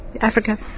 Africa